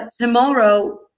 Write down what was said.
tomorrow